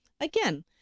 Again